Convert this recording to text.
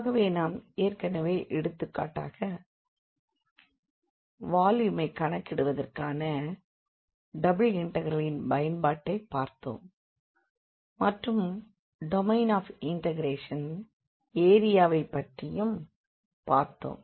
ஆகவே நாம் ஏற்கனவே எடுத்துக்காட்டாக வால்யூமை கணக்கிடுவதற்கான டபிள் இண்டெக்ரலின் பயன்பாட்டை பார்த்தோம் மற்றும் டொமைன் ஆப் இண்டெக்ரேஷனின் எரியாவை பற்றியும் பார்த்தோம்